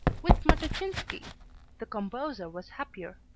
with matuszysnki the composer was happier.